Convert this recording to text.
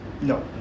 No